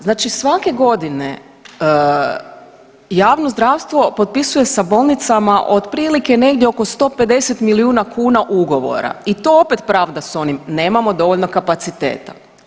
Znači svake godine javno zdravstvo potpisuje sa bolnicama otprilike negdje oko 150 milijuna kuna ugovora i to opet pravda s onim nemamo dovoljno kapaciteta.